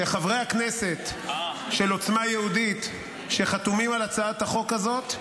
שחברי הכנסת של עוצמה יהודית שחתומים על הצעת החוק הזאת,